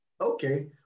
Okay